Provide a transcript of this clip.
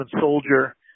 soldier